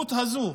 המציאות הזאת,